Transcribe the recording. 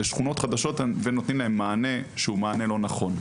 לשכונות חדשות ונותנים להן מענה לא נכון?